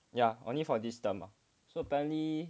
ya only for this term so apparently